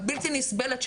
הבלתי נסבלת,